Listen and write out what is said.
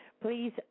Please